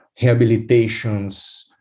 rehabilitations